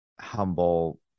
humble